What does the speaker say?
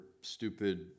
stupid